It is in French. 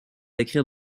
écrire